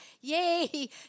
Yay